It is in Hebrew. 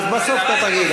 אז בסוף אתה תגיד.